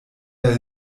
der